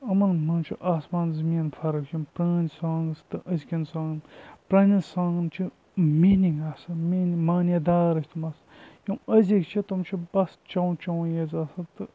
یِمَن منٛز چھِ آسمان زٔمیٖن فرق یِم پرٛٲنۍ سانٛگٕز تہٕ أزۍ کٮ۪ن سانٛگ پرٛانٮ۪ن سانٛگَن چھِ میٖنِنٛگ آسان میٖنِنٛگ معنے دار ٲسۍ تِم آسان یِم أزِکۍ چھِ تِم چھِ بَس چو چو یٲژ آسان تہٕ